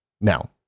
Now